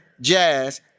Jazz